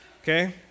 Okay